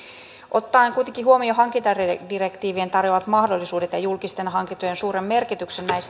ottaen kuitenkin huomioon hankintadirektiivien tarjoamat mahdollisuudet ja julkisten hankintojen suuren merkityksen